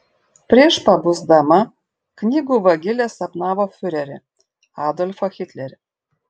prieš pabusdama knygų vagilė sapnavo fiurerį adolfą hitlerį